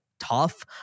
tough